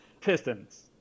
Pistons